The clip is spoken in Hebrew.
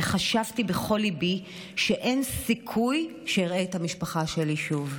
וחשבתי בכל ליבי שאין סיכוי שאראה את המשפחה שלי שוב.